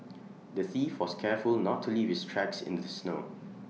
the thief was careful to not leave his tracks in the snow